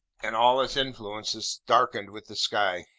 and all its influences darkened with the sky.